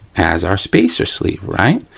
as our spacer sleeve, right.